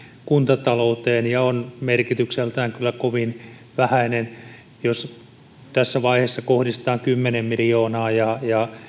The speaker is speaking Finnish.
kuntatalouteen ja on merkitykseltään kyllä kovin vähäinen jos tässä vaiheessa kohdistetaan kymmenen miljoonaa ja